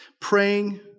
Praying